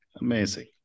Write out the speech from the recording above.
amazing